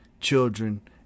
children